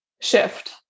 shift